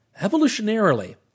Evolutionarily